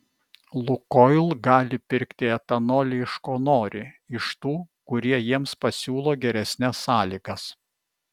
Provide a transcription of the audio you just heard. lukoil gali pirkti etanolį iš ko nori iš tų kurie jiems pasiūlo geresnes sąlygas